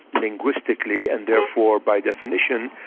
linguistically and therefore by definition,